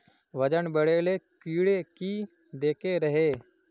वजन बढे ले कीड़े की देके रहे?